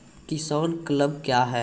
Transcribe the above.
किसान क्लब क्या हैं?